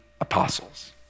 apostles